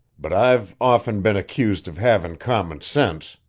but i've often been accused of havin' common sense,